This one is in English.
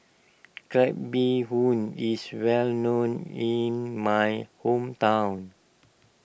Crab Bee Hoon is well known in my hometown